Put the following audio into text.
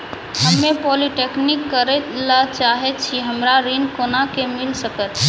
हम्मे पॉलीटेक्निक करे ला चाहे छी हमरा ऋण कोना के मिल सकत?